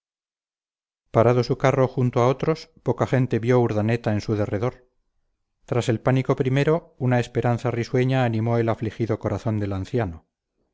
parado su carro junto a otros poca gente vio urdaneta en su derredor tras el pánico primero una esperanza risueña animó el afligido corazón del anciano